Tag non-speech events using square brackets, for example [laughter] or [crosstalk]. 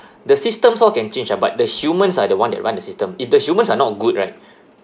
the systems all can change ah but the humans are the one that run the system if the humans are not good right [breath]